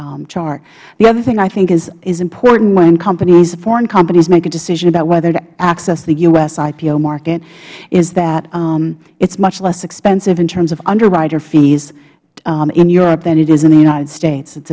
that chart the other thing i think that is important when companies foreign companies make a decision about whether to access the u s ipo market is that it's much less expensive in terms of underwriter fees in europe than it is in the united states it's